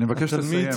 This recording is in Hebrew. אני מבקש לסיים,